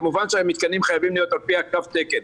כמובן שהמתקנים חייבים להיות על פי תו התקן,